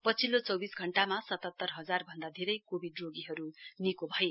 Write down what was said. पछिल्लो चौविस घण्टामा सतात्रर हजार भन्दा धेरै कोविड रोगीहरु निको भए